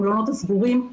מלונות השבורים.